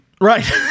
Right